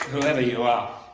whoever you are.